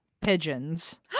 pigeons